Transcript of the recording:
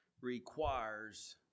requires